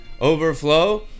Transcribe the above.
overflow